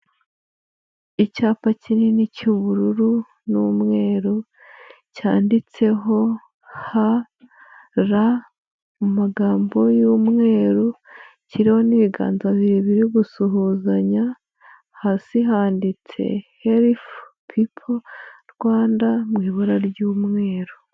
Icyapa kinini cy'ubururu n'umweru cyanditseho H R mu magambo y'umweru kiroho n'ibiganza bibiri birimo gusuhuzanya hasi handitse herifu pipo Rwanda mu ibura ry'umweru.